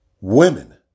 women